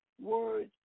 words